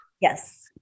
Yes